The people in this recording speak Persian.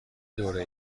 دوره